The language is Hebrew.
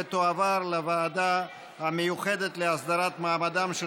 ותועבר לוועדה המיוחדת להסדרת מעמדם של